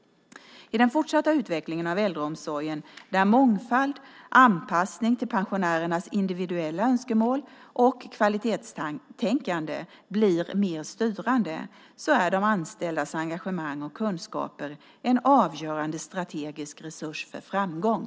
I den fortsatta utvecklingen av äldreomsorgen, där mångfald, anpassning till pensionärernas individuella önskemål och kvalitetstänkande blir mer styrande, är de anställdas engagemang och kunskaper en avgörande strategisk resurs för framgång.